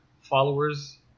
followers